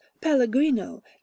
Pellegrino